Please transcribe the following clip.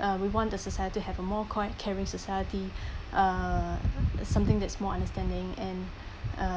uh we want a society to have a more coin~ caring society uh something that's more understanding and uh